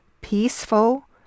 peaceful